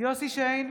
יוסף שיין,